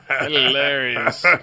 Hilarious